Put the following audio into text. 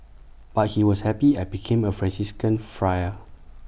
but he was happy I became A Franciscan Friar